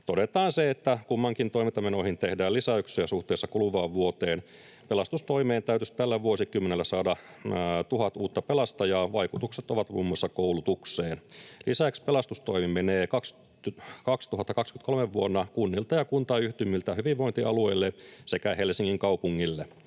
todetaan se, että kummankin toimintamenoihin tehdään lisäyksiä suhteessa kuluvaan vuoteen. Pelastustoimeen täytyisi tällä vuosikymmenellä saada 1 000 uutta pelastajaa. Vaikutukset ovat muun muassa koulutukseen. Lisäksi pelastustoimi menee vuonna 2023 kunnilta ja kuntayhtymiltä hyvinvointialueille sekä Helsingin kaupungille.